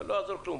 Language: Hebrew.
לא יעזור כלום.